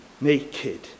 naked